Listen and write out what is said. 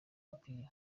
umupira